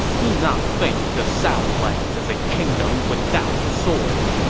do not think the southlands is a kingdom without swords!